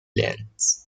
lanes